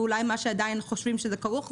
ואולי חושבים שבזה זה עדיין כרוך.